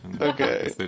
Okay